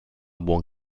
buon